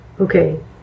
Okay